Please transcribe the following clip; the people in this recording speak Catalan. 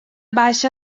baixa